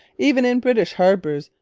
even in british harbours,